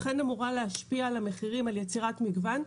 אכן אמורה להשפיע על המחירים על יצירת מגוון,